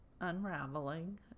unraveling